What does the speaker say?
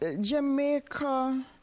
Jamaica